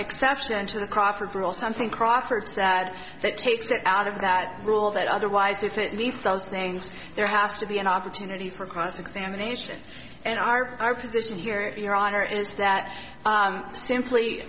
exceptions to the crawford rule something crawford sad that takes it out of that rule that otherwise if it leaks those things there has to be an opportunity for cross examination and our our position here if your honor is that simply